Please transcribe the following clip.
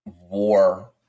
war